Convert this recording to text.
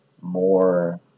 more